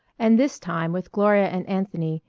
and this time with gloria and anthony,